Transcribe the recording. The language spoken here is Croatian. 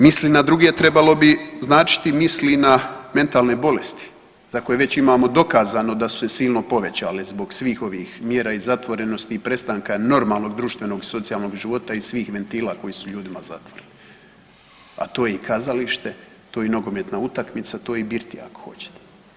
Misli na druge, trebalo bi značiti misli na mentalne bolesti za koje već imamo dokazano da su se silno povećale zbog svih ovih mjera i zatvorenosti i prestanka normalnog društvenog i socijalnog života i svih ventila koji su ljudima zatvoreni, a to je i kazalište, to je nogometna utakmica, to je i birtija ako hoćete.